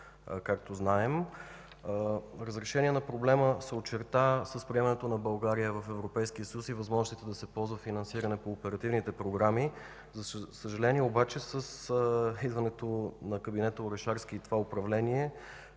както знаем. Разрешението на проблема се очерта с приемането на България в Европейския съюз и възможностите да се ползва финансиране по оперативните програми. За съжаление обаче, с идването на кабинета Орешарски и неговото управление